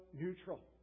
neutral